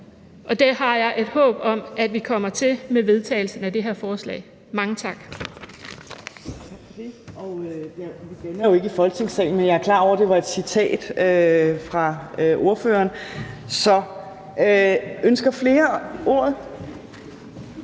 Det har jeg et håb om at vi kommer til med vedtagelsen af det her forslag. Mange tak.